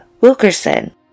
Wilkerson